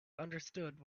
understood